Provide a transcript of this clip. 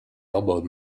elbowed